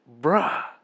bruh